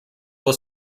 will